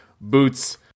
boots